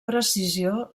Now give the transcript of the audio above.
precisió